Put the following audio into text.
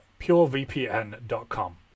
purevpn.com